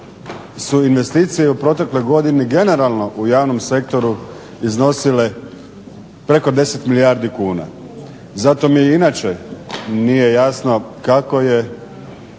su investicije i u protekloj godini generalno u javnom sektoru iznosile preko 10 milijardi kuna. Zato mi i inače nije jasno kako je